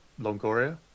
Longoria